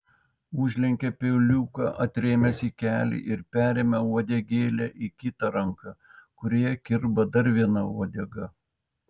užlenkia peiliuką atrėmęs į kelį ir perima uodegėlę į kitą ranką kurioje kirba dar viena uodega